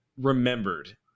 remembered